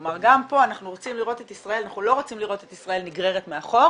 כלומר גם פה אנחנו לא רוצים לראות את ישראל נגררת מאחור,